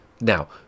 now